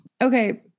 okay